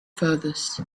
furthest